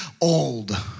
old